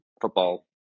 Football